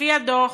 לפי הדוח,